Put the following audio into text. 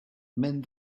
mend